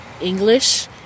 English